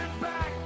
back